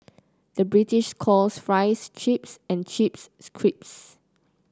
the British calls fries chips and chips crisps